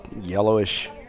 yellowish